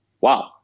Wow